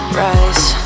rise